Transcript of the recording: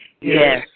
Yes